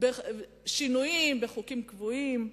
שינויים בחוקים קבועים.